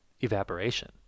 evaporation